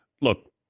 Look